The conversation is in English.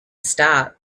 start